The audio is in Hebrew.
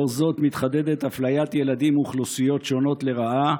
לאור זאת מתחדדת אפליית ילדים מאוכלוסיות שונות לרעה,